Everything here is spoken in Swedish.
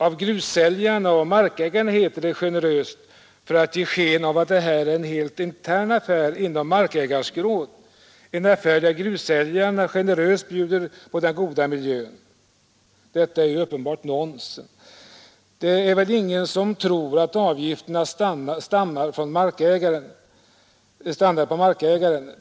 Av grussäljarna och markägarna, heter det generöst för att ge sken av att det här är en helt intern affär inom markägarskrået, en affär där grussäljarna generöst bjuder på den goda miljön. Det är uppenbart nonsens. Det är väl ingen som tror att utgifterna stannar på markägarna.